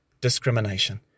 discrimination